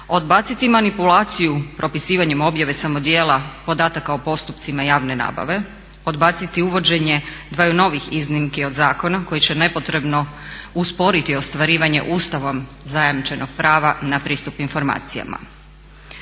odbaciti manipulaciju propisivanjem objave samo djela podataka o postupcima javne nabave, odbaciti uvođenje dvaju novih iznimki od zakona koji će nepotrebno usporiti ostvarivanje ustavom zajamčenog prava na pristup informacijama.